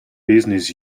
business